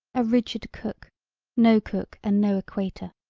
a rigid cook no cook and no equator,